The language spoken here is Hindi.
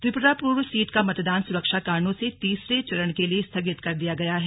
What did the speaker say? त्रिपुरा पूर्व सीट का मतदान सुरक्षा कारणों से तीसरे चरण के लिए स्थगित कर दिया गया है